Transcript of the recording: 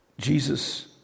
Jesus